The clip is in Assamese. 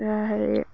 হেৰি